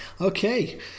okay